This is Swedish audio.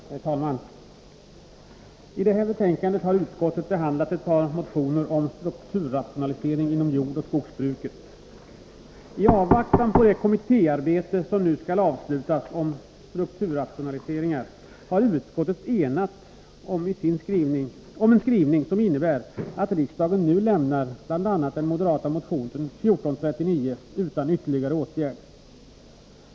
Herr talman! I detta betänkande har jordbruksutskottet behandlat några motioner om strukturrationaliseringen inom jordoch skogsbruket. I avvaktan på det kommittéarbete som nu skall avslutas om strukturrationaliseringen har utskottet enats om en skrivning som innebär att riksdagen lämnar bl.a. den moderata motionen 1439 utan ytterligare åtgärd.